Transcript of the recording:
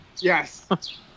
Yes